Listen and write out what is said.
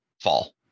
fall